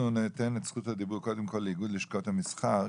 אנחנו ניתן את זכות הדיבור קודם כל לאיגוד לשכות המסחר,